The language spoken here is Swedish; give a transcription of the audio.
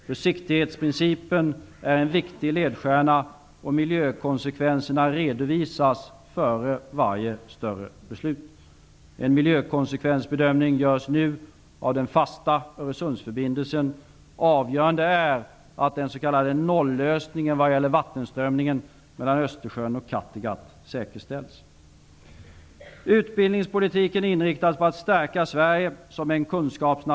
Försiktighetsprincipen är en viktig ledstjärna, och miljökonsekvenserna skall redovisas före varje beslut som ger större miljöpåverkan. En miljökonsekvensbedömning sker just nu av den fasta Öresundsförbindelsen. Avgörande är att den s.k. nollösningen vad gäller vattenströmningen mellan Östersjön och Kattegatt kan säkerställas. Utbildningspolitiken inriktas på att stärka Sverige som en kunskapsnation.